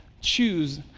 choose